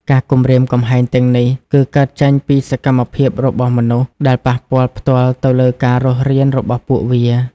ការគំរាមកំហែងទាំងនេះ គឺកើតចេញពីសកម្មភាពរបស់មនុស្ស ដែលប៉ះពាល់ផ្ទាល់ទៅលើការរស់រានរបស់ពួកវា។